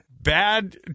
Bad